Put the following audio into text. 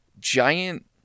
giant